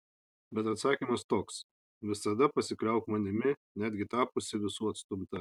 bet atsakymas toks visada pasikliauk manimi netgi tapusi visų atstumta